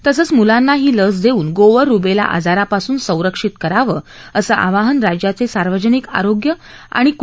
तसंच मूलांना ही लस देऊन गोवर रुबेला आजारापासून संरक्षित करावं असं आवाहन राज्याचे सार्वजनिक आरोग्य आणि कु